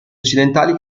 occidentali